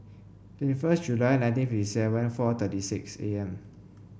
twenty first July nineteen fifty seven four thirty six A M